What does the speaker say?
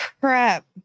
crap